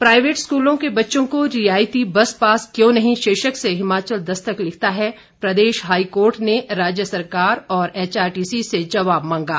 private स्कूलों के बच्चों को रियायती बस पास क्यों नहीं शीर्षक से हिमाचल दस्तक लिखता है प्रदेश हाईकोर्ट ने राज्य सरकार और एचआरटीसी से जवाब मांगा